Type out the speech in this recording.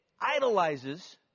idolizes